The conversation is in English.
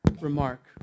remark